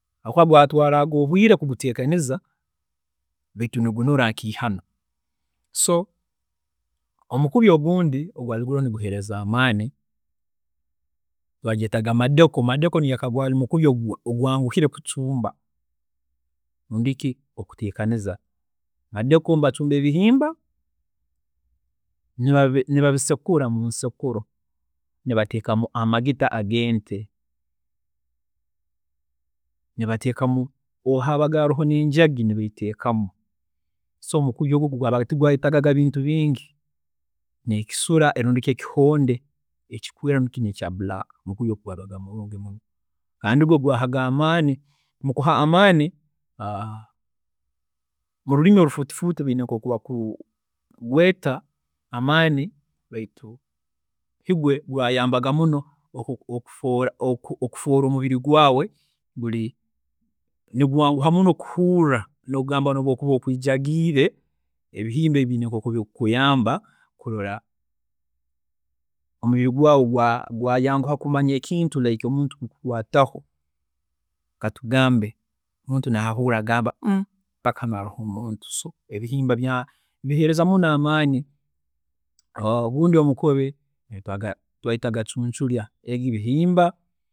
﻿Habwookuba gwaatwaaraga obwiire mukuteekaniza baitu nigunura nkeihano. So omukubi ogundi ogwaari guroho kandi niguheereza amaani baagyetaga madeku, madeku nigwe gwaari mukubi ogwanguhi kucumba rundi ki okuteekaniza, madeku nibacumba ebihimba, niba nibabisekura munsekuro nibateekamu amagita ag'ente, nibateekamu, obu haabaga haroho n'enjagi, nibaiteekamu so omukubi ogu gwabaga tigwayetaagaga bintu bingi, n'ekisula rundi ki ekihonde ekikweera rundi ki kinu ekya black. Omukubi ogu gwaabaga murungi muno kandi gwaahaga amaani, mukuha amaani mururimi orufuuti fuuti baine oku bakugweeta, amaani baitu igwe gwayambaga muno okufuu okufuu okufuula omubiri gwaawe guri, nigwanguha muno kuhuurra nogamba nobu okuba ogwiijagiire, ebihimba ebi biine nkoku bikukuyamba kurola omubiri gwaawe gwayanguha kumanya ekintu like omuntu kukukwaataho katugambe omuntu naahuurra nagamba paka habaire haroho so omuntu, ebihimba biheereza muno amaani, ogundi omukubi twagyeetaga cuncurya, ebi bihimba